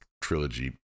trilogy